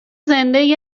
زندهای